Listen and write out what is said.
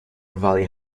valley